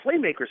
playmakers